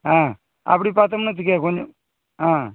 ஆ அப்படி பார்த்தோம்னு வெச்சுக்க கொஞ்சம் ஆ